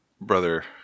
Brother